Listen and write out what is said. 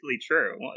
true